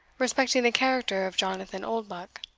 respecting the character of jonathan oldbuck.